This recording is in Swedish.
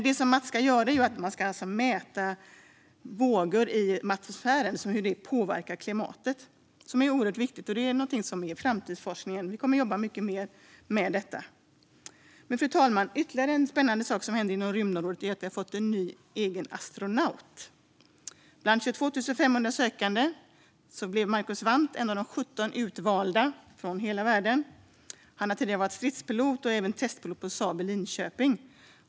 Det som Mats ska göra är att mäta vågor i atmosfären och hur de påverkar klimatet. Det är oerhört viktigt. Det är en framtidsforskning som vi kommer att jobba mycket mer med. Fru talman! Ytterligare en spännande sak som har hänt inom rymdområdet är att vi har fått en egen ny astronaut. Bland 22 500 sökande blev Marcus Wandt en av de 17 utvalda från hela världen. Han har tidigare varit stridspilot och även testpilot på Saab i Linköping.